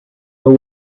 but